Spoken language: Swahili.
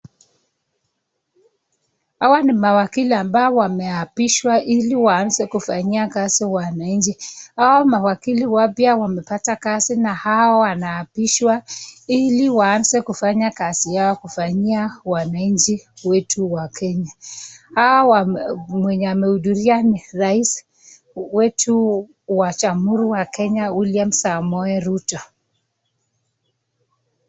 Hawa ni mawakili ambao wameapishwa ili waanze kufanyia kazi wananchi. Hawa mawakili wapya wamepata kazi na hawa wanaapishwa ili waanze kufanya kazi yao kufanyia wananchi wetu wa Kenya. Hawa mwenye amehudhuria ni rais wetu wa Jamhuri wa Kenya, William Samoei Ruto.